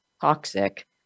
toxic